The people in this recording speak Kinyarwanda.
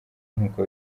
nk’uko